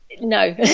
no